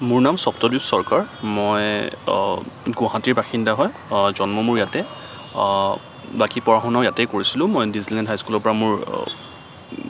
মোৰ নাম সপ্তদ্বীপ চৰকাৰ মই গুৱাহাটীৰ বাসিন্দা হয় জন্ম মোৰ ইয়াতে বাকী পঢ়া শুনাও মই ইয়াতে কৰিছিলো মই ডিছলেণ্ড হাইস্কুলৰ পৰা মোৰ